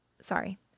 Sorry